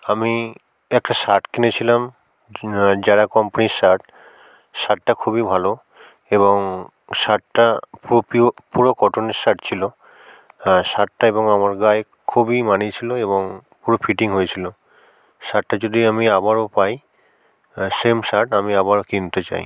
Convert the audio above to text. আমি একটা শার্ট কিনেছিলাম যারা কোম্পানির শার্ট শার্টটা খুবই ভালো এবং শার্টটা পোপিয় পুরো কটনের শার্ট ছিলো শার্টটা এবং আমার গায়ে খুবই মানিয়েছিলো এবং পুরো ফিটিং হয়েছিলো শার্টটা যদি আমি আবারও পাই সেম শার্ট আমি আবারও কিনতে চাই